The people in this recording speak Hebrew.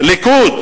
"חאווה".